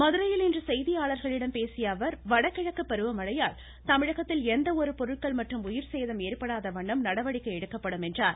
மதுரையில் இன்று செய்தியாளர்களிடம் பேசிய அவர் வடகிழக்கு பருவமழையால் தமிழகத்தில் எந்தவொரு பொருட்கள் மற்றும் உயிர்சேதம் ஏற்படாதவண்ணம் நடவடிக்கை எடுக்கப்படும் என்றார்